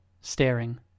staring